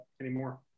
anymore